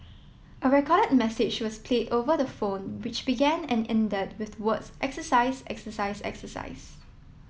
a recorded message was played over the phone which began and ended with the words exercise exercise exercise